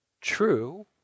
True